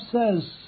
says